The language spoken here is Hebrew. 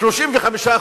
35%,